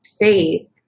faith